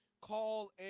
Call